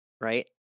right